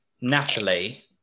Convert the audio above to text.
Natalie